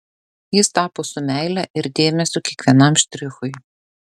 jis tapo su meile ir dėmesiu kiekvienam štrichui